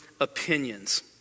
opinions